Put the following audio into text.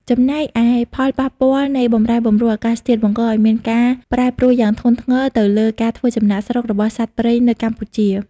ចំណែកឯ ផលប៉ះពាល់នៃបម្រែបម្រួលអាកាសធាតុ បង្កឱ្យមានការប្រែប្រួលយ៉ាងធ្ងន់ធ្ងរទៅលើការធ្វើចំណាកស្រុករបស់សត្វព្រៃនៅកម្ពុជា។